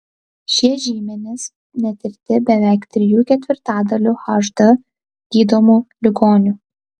šie žymenys netirti beveik trijų ketvirtadalių hd gydomų ligonių